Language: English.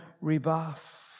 rebuff